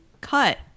cut